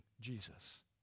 Jesus